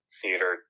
theater